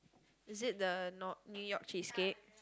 is it the N~ New-York cheesecake